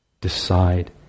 decide